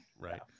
Right